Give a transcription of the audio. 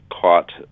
caught